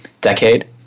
decade